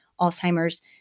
alzheimer's